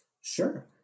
Sure